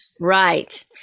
Right